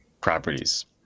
properties